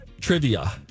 trivia